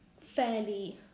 fairly